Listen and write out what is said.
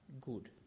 good